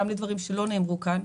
גם לדברים שלא נאמרו כאן,